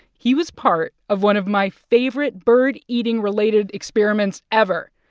he was part of one of my favorite bird eating-related experiments ever.